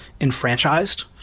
enfranchised